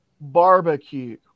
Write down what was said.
barbecue